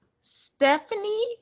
Stephanie